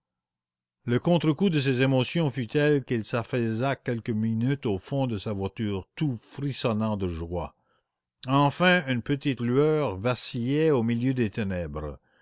le contre coup de ces émotions fut tel qu'il s'affaissa quelques minutes au fond de sa voiture tout frissonnant de joie enfin une petite lueur vacillait au milieu des ténèbres